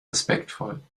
respektvoll